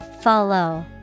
Follow